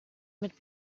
mit